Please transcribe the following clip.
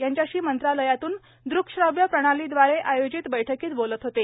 यांच्याशी मंत्रालयातून दकशाव्य प्रणालीदवारे आयोजित बैठकीत बोलत होते